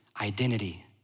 identity